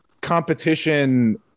competition